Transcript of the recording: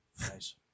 Nice